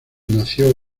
nació